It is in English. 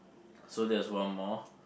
so that's one more